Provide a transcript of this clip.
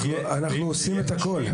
אנחנו עושים הכול.